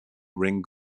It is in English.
ring